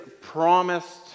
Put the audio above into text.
promised